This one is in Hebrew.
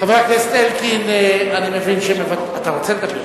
חבר הכנסת אלקין, אני מבין שאתה רוצה לדבר.